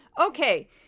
Okay